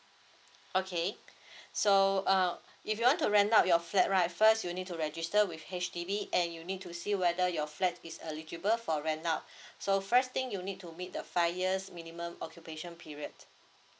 okay so err if you want to rent out your flat right first you need to register with H_D_B and you need to see whether your flat is eligible for rent out so first thing you need to meet the five years minimum occupation period